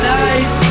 nice